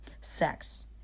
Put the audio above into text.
Sex